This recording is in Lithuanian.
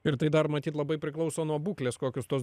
ir tai dar matyt labai priklauso nuo būklės kokius tuos